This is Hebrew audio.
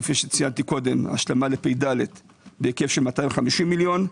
כפי שציינצתי - השלמה לפ"ד בהיקף של 250 מיליון,